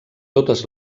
totes